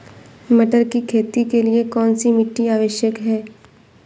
मटर की खेती के लिए कौन सी मिट्टी आवश्यक है?